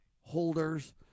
holders